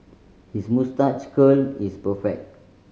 his moustache curl is perfect